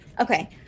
okay